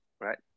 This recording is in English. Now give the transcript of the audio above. right